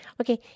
Okay